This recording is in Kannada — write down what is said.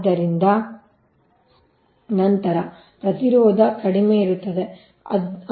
ಆದ್ದರಿಂದ ನಂತರ ಪ್ರತಿರೋಧ ಕಡಿಮೆ ಇರುತ್ತದೆ